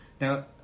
now